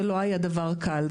זה לא היה דבר קל,